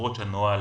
למרות שהנוהל